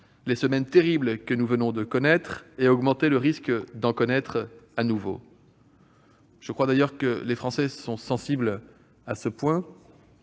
les semaines terribles que nous venons de connaître et augmenter le risque d'en connaître à nouveau. Je crois d'ailleurs que les Français sont sensibles à ce point.